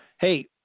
Hey